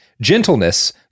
gentleness